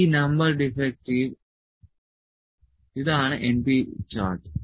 ഈ number defective ഇതാണ് np chart